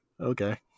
okay